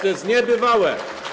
To jest niebywałe.